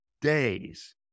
days